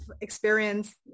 experience